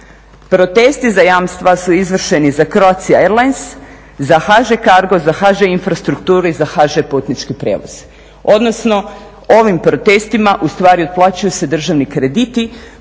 Protesti za jamstva su izvršeni za Croatia airlines, za HŽ Cargo, za HŽ Infrastrukturu i za HŽ putnički prijevoz, odnosno ovim protestima u stvari otplaćuju se državni krediti